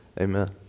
amen